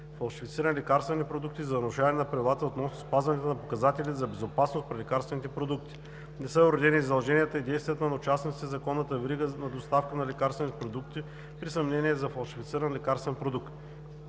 фалшифицирани лекарствени продукти и нарушаване на правилата относно спазването на показателите за безопасност при лекарствените продукти. Не са уредени и задълженията и действията на участниците в законната верига на доставка на лекарствени продукти – при съмнение за фалшифициран лекарствен продукт.